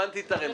הבנתי את הרמז.